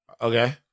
Okay